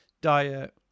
diet